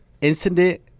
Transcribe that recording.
Incident